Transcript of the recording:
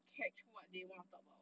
catch what they want to talk about